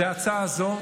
זו ההצעה הזו,